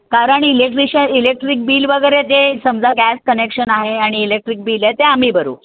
कारण electrician electric bill वगैरे ते समजा गॅस कनेक्शन आहे आणि इलेक्ट्रिक बिल आहे ते आम्ही भरू